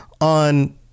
on